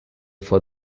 for